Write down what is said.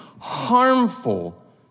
harmful